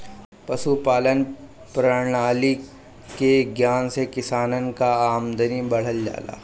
पशुपालान प्रणाली के ज्ञान से किसानन कअ आमदनी बढ़ जाला